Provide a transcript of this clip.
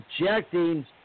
objecting